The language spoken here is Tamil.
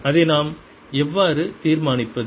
அதை நாம் எவ்வாறு தீர்மானிப்பது